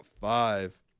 five